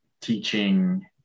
teaching